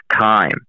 time